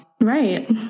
Right